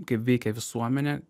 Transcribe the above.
kaip veikia visuomenė